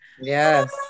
Yes